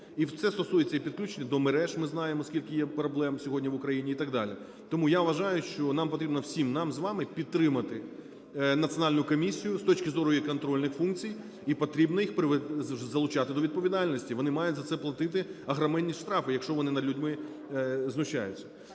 І це стосується і підключення до мереж, ми знаємо, скільки є проблем сьогодні в Україні і так далі. Тому я вважаю, що нам потрібно, всім нам з вами підтримати національну комісію з точки зору її контрольних функцій. І потрібно їх залучати до відповідальності. Вони мають за це платити огроменні штрафи, якщо вони над людьми знущаються.